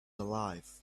alive